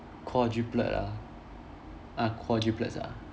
quadruplet ah ah quadruplets ah